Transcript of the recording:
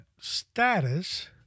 status